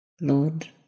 Lord